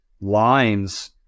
lines